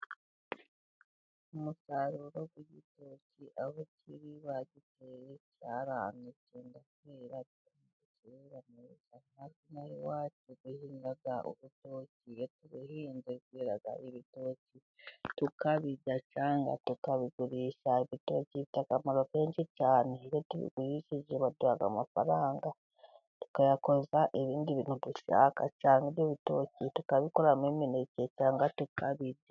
Umusaruro w'igitoki aho kiri bagiteye cyara tugaterara wacugahinga ubwo kiga yahingagiraga ibitoki tukabiga cyangwa tukabigurisha tubyita akamaro kenshi cyaneiki gihe baduhaga amafaranga tukayakoza ibindi bintu dushaka cyane ibyo biki tukabikoramoete itandatukabite